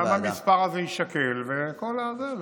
גם המספר הזה יישקל לאור כל ההערות.